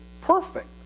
perfect